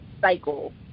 cycle